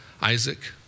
Isaac